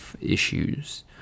issues